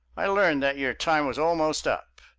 i learned that your time was almost up.